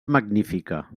magnífica